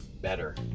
better